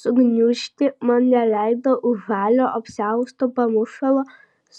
sugniužti man neleido už žalio apsiausto pamušalo